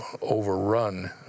overrun